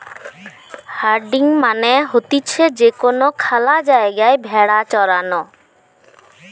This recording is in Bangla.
হার্ডিং মানে হতিছে যে কোনো খ্যালা জায়গায় ভেড়া চরানো